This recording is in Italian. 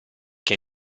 che